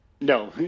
No